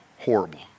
horrible